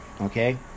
Okay